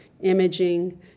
imaging